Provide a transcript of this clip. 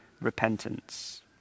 repentance